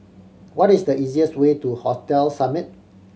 what is the easiest way to Hotel Summit